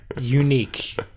unique